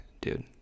dude